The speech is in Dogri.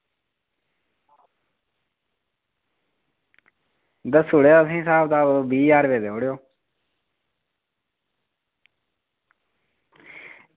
दस्सी ओड़ेओ स्हाब कताब ते असें ई बीह् ज्हार रपेआ देई ओड़ेओ